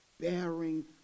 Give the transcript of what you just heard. bearing